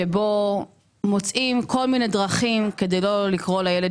שבו מוצאים כל מיני דרכים כדי לא לקרוא לילד